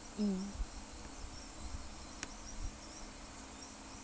mm